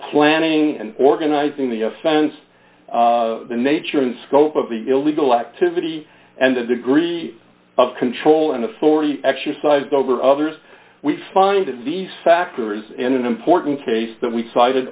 planning and organizing the offense the nature and scope of the illegal activity and the degree of control and authority exercised over others we find these factors in an important case that we cited